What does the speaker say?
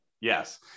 Yes